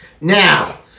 Now